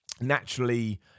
naturally